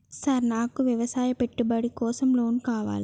Sir నాకు వ్యవసాయ పెట్టుబడి కోసం లోన్ కావాలి?